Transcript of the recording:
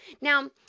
now